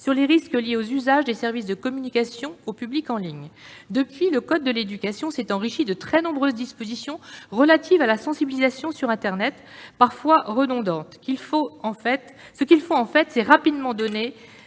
sur les risques liés aux usages des services de communication au public en ligne. Depuis, le code de l'éducation s'est enrichi de très nombreuses dispositions relatives à la sensibilisation à propos d'internet, parfois redondantes. Ce qu'il faut, en fait, c'est rapidement donner